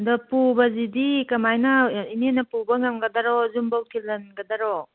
ꯑꯗ ꯄꯨꯕꯁꯤꯗꯤ ꯀꯃꯥꯏꯅ ꯏꯅꯦꯅ ꯄꯨꯕ ꯉꯝꯒꯗꯔꯣ ꯌꯨꯝꯕꯣꯛ ꯊꯤꯍꯟꯒꯗꯔꯣ